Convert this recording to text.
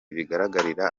bigaragarira